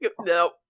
No